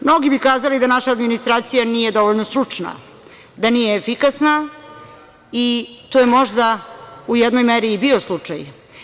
Mnogi bi kazali da naša administracija nije dovoljno stručna, da nije efikasna i to je možda u jednoj meri i bio slučaj.